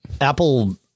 Apple